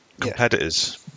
competitors